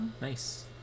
Nice